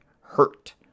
hurt